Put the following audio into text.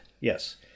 Yes